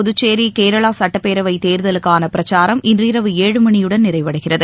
புதுச்சேரி கேரளசுட்டப்பேரவைதேர்தலுக்கானபிரச்சாரம் இன்றுஇரவு ஏழு மணியுடன் நிறைவடைகிறது